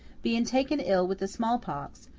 being taken ill with the small pox,